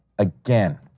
Again